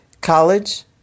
college